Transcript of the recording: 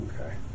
Okay